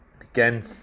Again